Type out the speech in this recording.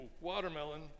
Watermelon